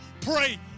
pray